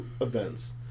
events